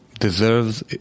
Deserves